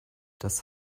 das